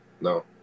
No